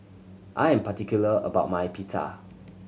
I'm particular about my Pita